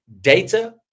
data